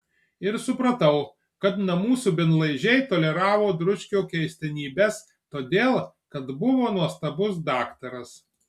ir supratau kad namų subinlaižiai toleravo dručkio keistenybes todėl kad buvo nuostabus daktaras